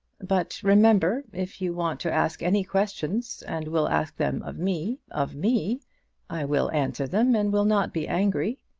but remember if you want to ask any questions, and will ask them of me of me i will answer them, and will not be angry.